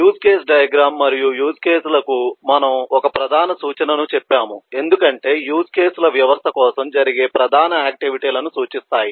use case diagram మరియు use కేసులకు మనము ఒక ప్రధాన సూచనను చెప్పాము ఎందుకంటే యూజ్ కేసుల వ్యవస్థ కోసం జరిగే ప్రధాన ఆక్టివిటీ లను సూచిస్తాయి